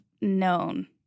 known